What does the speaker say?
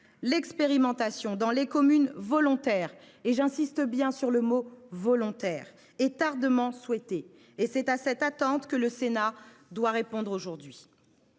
l’expérimentation dans les communes volontaires – j’insiste sur cet adjectif – est ardemment souhaitée. C’est à cette attente que le Sénat doit répondre aujourd’hui.